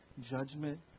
judgment